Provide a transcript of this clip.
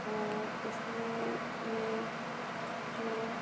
और उसमें मैं जो